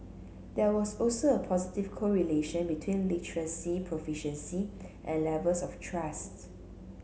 there was also a positive correlation between literacy proficiency and levels of trust